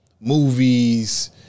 Movies